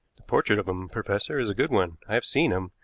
the portrait of him, professor, is a good one. i have seen him,